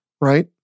right